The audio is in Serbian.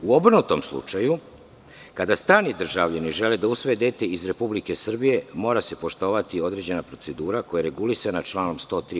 U obrnutom slučaju, kada strani državljani žele da usvoje dete iz Republike Srbije, mora se poštovati određena procedura koja je regulisana članom 103.